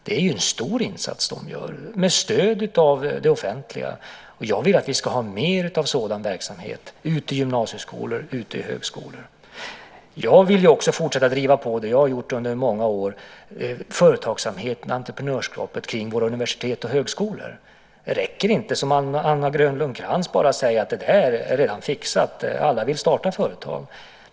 Det är en stor insats de gör med stöd av det offentliga. Jag vill att vi ska ha mer av sådan verksamhet ute i gymnasieskolor och ute i högskolor. Jag vill också fortsätta att driva på, som jag har gjort under många år, företagsamheten och entreprenörskapet kring våra universitet och högskolor. Det räcker inte att, som Anna Grönlund Krantz, bara säga att det där är redan fixat, alla vill starta företag.